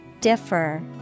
Differ